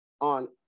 on